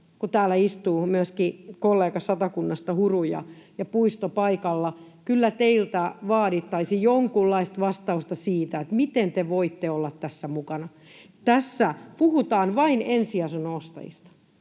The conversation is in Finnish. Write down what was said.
kun täällä istuu myöskin kollega Satakunnasta, Huru, ja Puistokin paikalla: kyllä teiltä vaadittaisiin jonkunlaista vastausta siitä, miten te voitte olla tässä mukana. Tässä puhutaan vain ensiasunnon ostajista,